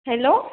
hello